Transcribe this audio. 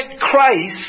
Christ